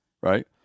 right